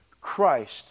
Christ